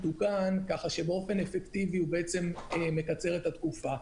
תוקן כך שבאופן אפקטיבי הוא בעצם מקצר את התקופה.